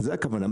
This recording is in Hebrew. זו הכוונה.